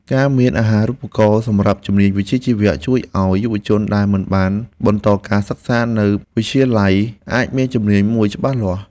ការមានអាហារូបករណ៍សម្រាប់ជំនាញវិជ្ជាជីវៈជួយឱ្យយុវជនដែលមិនបានបន្តការសិក្សានៅវិទ្យាល័យអាចមានជំនាញមួយច្បាស់លាស់។